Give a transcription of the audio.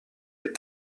est